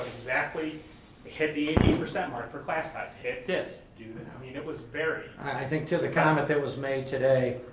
exactly hit the eighty percent mark for class size. hit this, do that. i mean, i was very. i think to the comment that was made today.